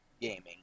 gaming